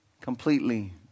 Completely